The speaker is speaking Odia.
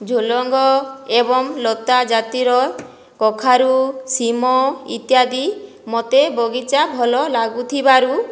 ଝୁଡ଼ଙ୍ଗ ଏବଂ ଲତା ଜାତିର କଖାରୁ ଶିମ୍ବ ଇତ୍ୟାଦି ମୋତେ ବଗିଚା ଭଲ ଲାଗୁଥିବାରୁ